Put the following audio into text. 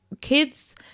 kids